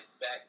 back